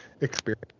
experience